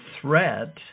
threat